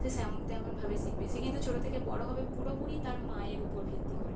সে সেমন তেমন ভাবেই শিখবে সে কিন্তু ছোট থেকে বড় হবে পুরোপুরি তার মায়ের উপর ভিত্তি করে